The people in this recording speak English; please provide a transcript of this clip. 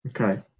Okay